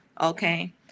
Okay